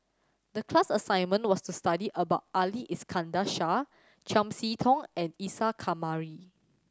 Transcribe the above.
the class assignment was to study about Ali Iskandar Shah Chiam See Tong and Isa Kamari